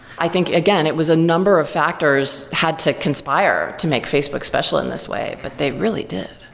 i think again, it was a number of factors had to conspire to make facebook special in this way, but they really did.